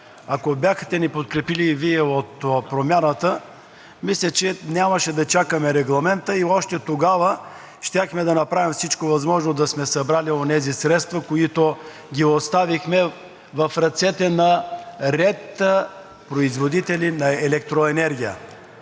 ако бяхте ни подкрепили и Вие от Промяната, мисля, че нямаше да чакаме Регламента и още тогава щяхме да направим всичко възможно да сме събрали онези средства, които ги оставихме в ръцете на ред производители на електроенергия.